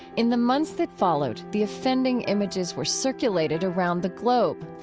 in the months that followed, the offending images were circulated around the globe.